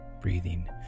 breathing